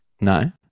No